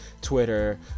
Twitter